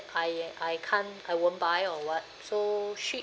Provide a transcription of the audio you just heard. I I can't I won't buy or what so she